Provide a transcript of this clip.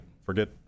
Forget